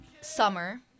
Summer